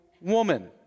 woman